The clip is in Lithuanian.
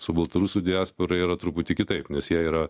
su baltarusų diaspora yra truputį kitaip nes jie yra